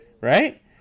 right